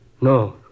No